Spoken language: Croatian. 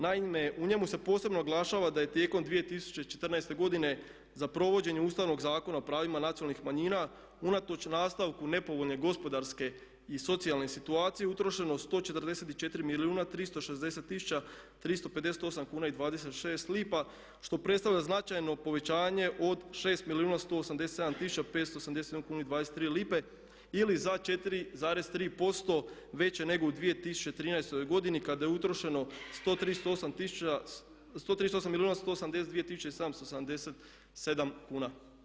Naime, u njemu se posebno naglašava da je tijekom 2014. godine za provođenje Ustavnog zakona o pravima nacionalnih manjina unatoč nastavku nepovoljne gospodarske i socijalne situacije utrošeno 144 milijuna 360 tisuća 358 kuna i 26 lipa što predstavlja značajno povećanje od 6 milijuna 187 tisuća 587 kuna i 23 lipe ili za 4,3% više nego u 2013. godini kada je utrošeno 138 milijuna 182 tisuće i 777 kuna.